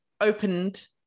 opened